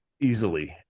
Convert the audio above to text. easily